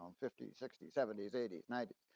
um fifty, sixty, seventy s, eighty, ninety.